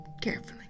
carefully